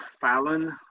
Fallon